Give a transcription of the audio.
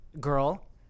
girl